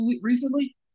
recently